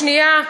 לקריאה שנייה,